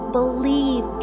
believe